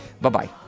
Bye-bye